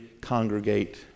congregate